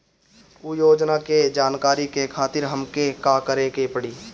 उ योजना के जानकारी के खातिर हमके का करे के पड़ी?